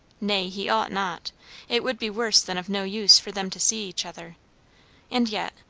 nay, he ought not it would be worse than of no use for them to see each other and yet,